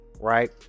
right